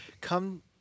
Come